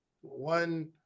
one